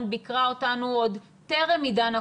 ביקרה אותנו עוד טרם עידן הקורונה,